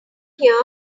here